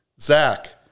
Zach